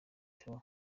theo